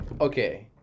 Okay